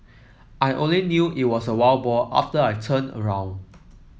I only knew it was a wild boar after I turned around